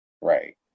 Right